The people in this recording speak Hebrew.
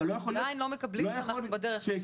עדיין לא מקבלים, אנחנו בדרך.